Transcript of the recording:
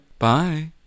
Bye